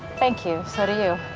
thank you. so do you.